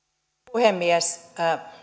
puhemies